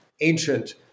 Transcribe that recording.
ancient